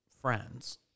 friends